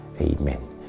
Amen